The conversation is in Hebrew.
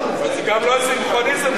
זה גם לא "שמחוניזם",